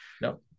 No